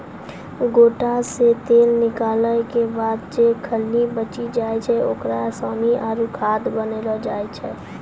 गोटा से तेल निकालो के बाद जे खल्ली बची जाय छै ओकरा सानी आरु खाद बनैलो जाय छै